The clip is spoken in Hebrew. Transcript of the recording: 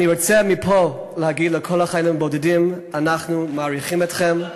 אני רוצה מפה להגיד לכל החיילים הבודדים: אנחנו מעריכים אתכם,